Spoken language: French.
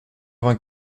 vingt